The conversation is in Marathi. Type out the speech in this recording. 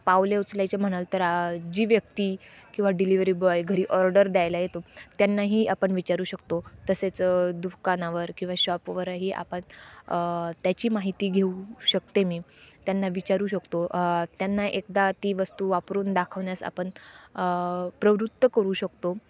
पावले उचलायची म्हणाल तर जी व्यक्ती किंवा डिलिवरी बॉय घरी ऑर्डर द्यायला येतो त्यांनाही आपण विचारू शकतो तसेच दुकानावर किंवा शॉपवरही आपण त्याची माहिती घेऊ शकते मी त्यांना विचारू शकतो त्यांना एकदा ती वस्तू वापरून दाखवण्यास आपण प्रवृत्त करू शकतो